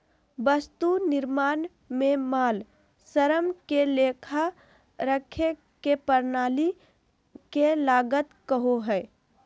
वस्तु निर्माण में माल, श्रम के लेखा रखे के प्रणाली के लागत कहो हइ